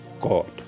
God